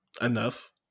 enough